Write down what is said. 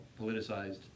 politicized